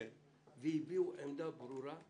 והביעו עמדה ברורה,